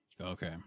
Okay